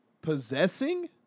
possessing